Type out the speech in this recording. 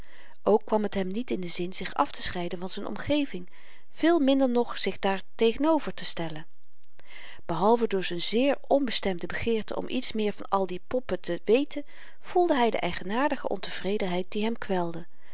ook kwam t hem niet in den zin zich aftescheiden van z'n omgeving veel minder nog zich daartegenover te stellen behalve door z'n zeer onbestemde begeerte om iets meer van al die poppen te weten voelde hy de eigenaardige ontevredenheid die hem kwelde